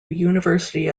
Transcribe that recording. university